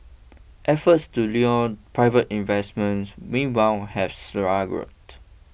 efforts to lure private investment meanwhile have struggled